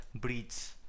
breeds